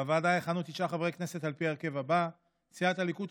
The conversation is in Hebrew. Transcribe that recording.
בוועדה יכהנו תשעה חברי כנסת על פי ההרכב הבא: סיעת הליכוד,